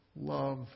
love